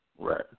Right